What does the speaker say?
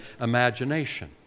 imagination